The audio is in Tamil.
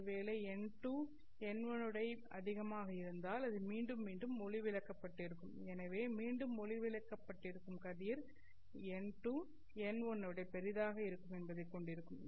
ஒரு வேளை n2n1 ஆக இருந்தால் அது மீண்டும் மீண்டும் ஒளிவிலகப்பட்டிருக்கும் எனவே மீண்டும் ஒளிவிலகப்பட்டிருக்கும் கதிர் n2 n1 என்பதை கொண்டிருக்கும்